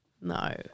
No